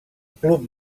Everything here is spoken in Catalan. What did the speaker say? club